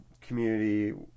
community